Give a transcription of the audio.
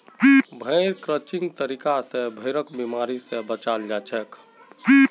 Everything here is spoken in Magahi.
भेड़ क्रचिंग तरीका स भेड़क बिमारी स बचाल जाछेक